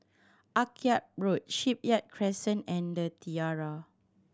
Akyab Road Shipyard Crescent and The Tiara